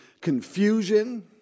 confusion